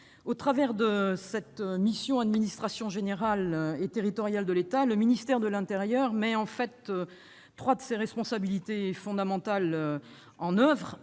au travers de la mission « Administration générale et territoriale de l'État », le ministère de l'intérieur met en oeuvre trois de ses responsabilités fondamentales :